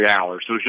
hours